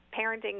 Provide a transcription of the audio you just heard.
parenting